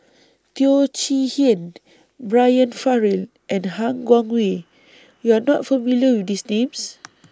Teo Chee Hean Brian Farrell and Han Guangwei YOU Are not familiar with These Names